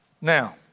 Now